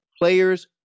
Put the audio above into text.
Players